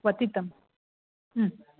क्वथितम्